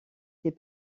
ses